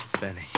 Benny